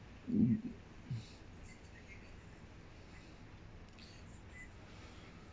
mm mm